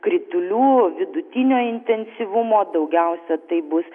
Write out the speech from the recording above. kritulių vidutinio intensyvumo daugiausiai tai bus